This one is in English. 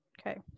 Okay